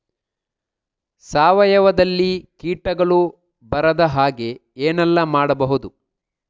ಸಾವಯವದಲ್ಲಿ ಕೀಟಗಳು ಬರದ ಹಾಗೆ ಏನೆಲ್ಲ ಮಾಡಬಹುದು?